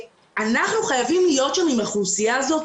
אנחנו חייבים להיות שם עם האוכלוסייה הזאת,